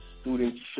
students